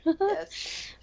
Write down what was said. Yes